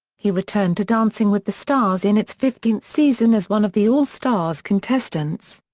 he returned to dancing with the stars in its fifteenth season as one of the all-stars contestants.